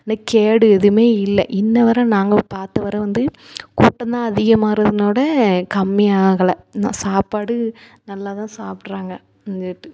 ஆனால் கேடு எதுவுமே இல்லை இன்று வரை நாங்கள் பார்த்த வரை வந்து கூட்டம்ந்தான் அதிகமாக வருதுனோட கம்மியாகலை ஆனால் சாப்பாடு நல்லாதான் சாப்பிடுறாங்க இங்கிட்டு